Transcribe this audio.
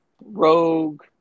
rogue